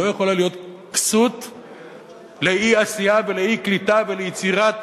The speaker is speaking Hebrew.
לא יכולה להיות כסות לאי-עשייה ולאי-קליטה וליצירת